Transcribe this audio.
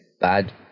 bad